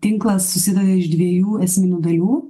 tinklas susideda iš dviejų esminių dalių